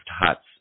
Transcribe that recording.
huts